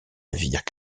navires